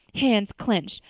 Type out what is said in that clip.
hands clenched,